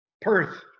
Perth